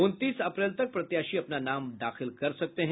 उनतीस अप्रैल तक प्रत्याशी अपना नाम दाखिल कर सकते हैं